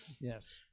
Yes